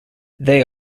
they